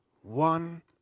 one